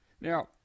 Now